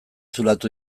zulatu